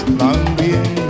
también